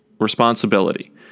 responsibility